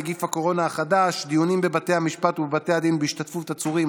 נגיף הקורונה החדש) (דיונים בבתי משפט ובבתי דין בהשתתפות עצורים,